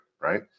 right